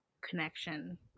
connection